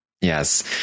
Yes